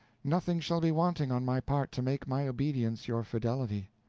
nothing shall be wanting on my part to make my obedience your fidelity.